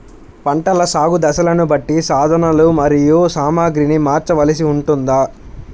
పంటల సాగు దశలను బట్టి సాధనలు మరియు సామాగ్రిని మార్చవలసి ఉంటుందా?